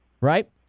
right